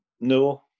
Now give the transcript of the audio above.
No